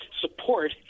support